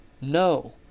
No